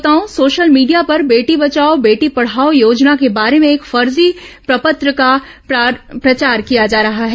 श्रोताओं social media पर बेटी बचाओ बेटी पढ़ाओ योजना के बारे में एक फर्जी प्रपत्र का प्रचार किया जा रहा है